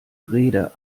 rede